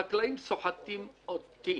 החקלאים סוחטים אותי.